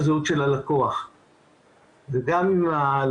אמנם לזמן קצר אבל אין לי ספק שעצם הנוכחות שלך כאן תהיה השראה לכל